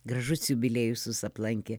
gražus jubiliejus jus aplankė